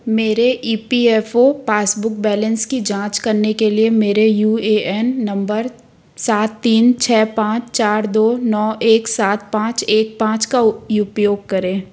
मेरे E P F O passbook balance की जाँच करने के लिए मेरे यू ए एन नंबर सात तीन छः पाँच चार दो नौ एक सात पाँच एक पाँच का उपयोग करें